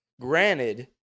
Granted